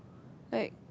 like